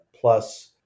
plus